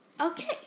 Okay